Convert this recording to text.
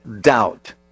doubt